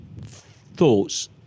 thoughts